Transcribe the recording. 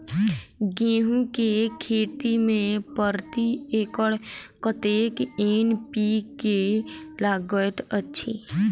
गेंहूँ केँ खेती मे प्रति एकड़ कतेक एन.पी.के लागैत अछि?